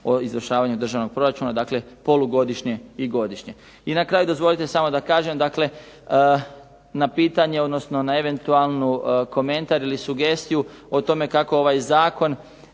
o izvršavanju državnog proračuna dakle polugodišnje i godišnje. I na kraju dozvolite samo da kažem, na pitanje odnosno na eventualni komentar ili sugestiju o tome kako ovaj zakon